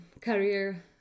career